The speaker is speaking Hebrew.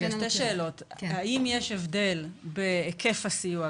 האם יש הבדל בהיקף הסיוע,